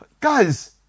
guys